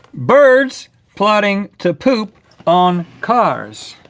birds plotting to. poop on cars.